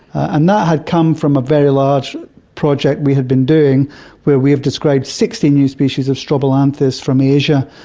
and that had come from a very large project we had been doing where we have described sixty new species of strobilanthes from asia.